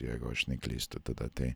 jeigu aš neklystu tada tai